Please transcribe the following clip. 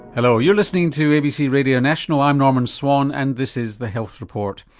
hello, you're listening to abc radio national, i'm norman swan and this is the health report.